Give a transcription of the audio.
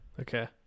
Okay